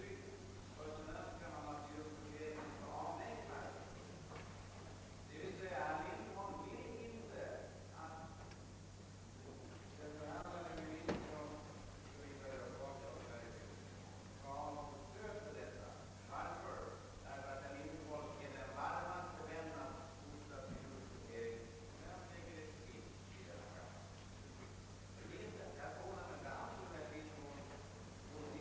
Herr talman! När herr Eliasson i Sundborn talar om mig som den varmaste vän av dyrortsgrupperingssystemet vågar jag påstå, att det finns ingen som har medverkat till begränsningar i detsamma i större utsträckning än jag har gjort. Däremot är jag den varmaste vän av fria förhandlingar.